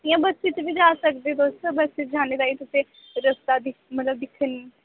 इ'यां बस्सै च बी जा सकदे तुस बस्सै च जाने दा ते इक रस्ता दिकी मतलब दिक्खने